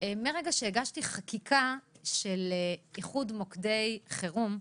מרגע שהגשתי חקיקה של איחוד מוקדי חירום,